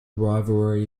rivalry